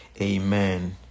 Amen